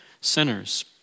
sinners